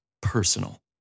personal